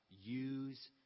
Use